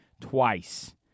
twice